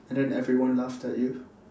and then everyone laughed at you